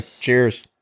Cheers